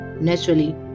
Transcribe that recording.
naturally